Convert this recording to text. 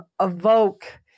evoke